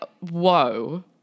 whoa